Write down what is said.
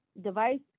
device